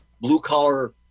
blue-collar